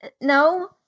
no